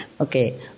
Okay